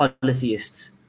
polytheists